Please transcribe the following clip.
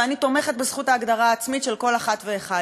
ואני תומכת בזכות ההגדרה העצמית של כל אחת ואחד,